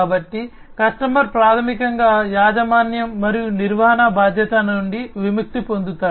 కాబట్టి కస్టమర్ ప్రాథమికంగా యాజమాన్యం మరియు నిర్వహణ బాధ్యత నుండి విముక్తి పొందుతాడు